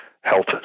health